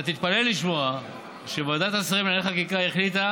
אתה תתפלא לשמוע שוועדת השרים לענייני חקיקה החליטה